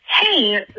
Hey